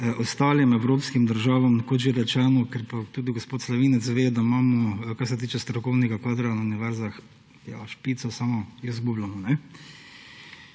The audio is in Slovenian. ostalim evropskim državam, kot že rečeno, kar pa tudi gospod Slavinec ve, da imamo, kar se tiče strokovnega kadra na univerzah – ja, samo špico izgubljamo.